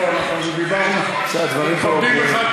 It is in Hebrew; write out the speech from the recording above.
בואו, אנחנו דיברנו, בסדר, הדברים ברורים.